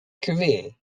career